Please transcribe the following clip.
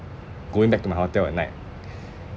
going back to my hotel at night